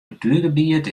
natuergebiet